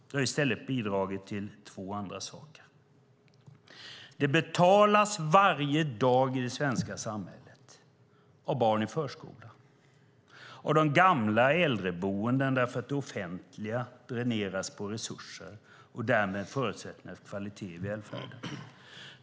Det har i stället bidragit till två andra saker: Det betalas varje dag i det svenska samhället av barn i förskolan och av de gamla i äldreboenden därför att det offentliga dräneras på resurser och därmed på förutsättningar för kvalitet i välfärden.